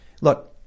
look